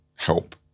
help